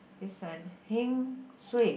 this one heng suay